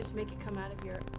make it come out of your